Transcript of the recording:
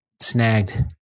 Snagged